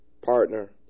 partner